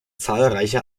zahlreiche